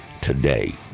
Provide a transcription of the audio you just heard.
today